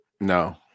No